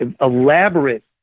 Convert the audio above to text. elaborate